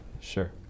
Sure